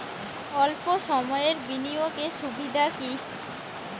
অল্প সময়ের বিনিয়োগ এর সুবিধা কি?